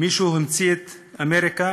מישהו גילה את אמריקה